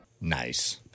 Nice